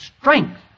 strength